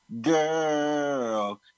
girl